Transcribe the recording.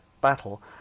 battle